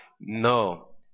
no